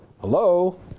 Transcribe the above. Hello